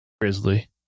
Grizzly